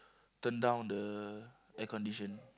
turn down the air condition